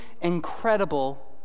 incredible